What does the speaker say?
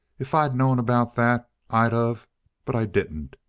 if i'd known about that, i'd of but i didn't.